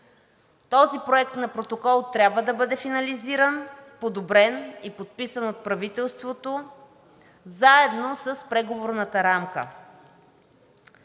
Този проект на протокол трябва да бъде финализиран, подобрен и подписан от правителството заедно с Преговорната рамка.